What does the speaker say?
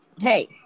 Hey